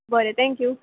बरें थँक्यू